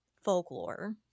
folklore